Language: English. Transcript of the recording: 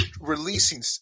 releasing